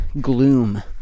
Gloom